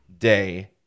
day